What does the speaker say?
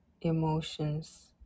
emotions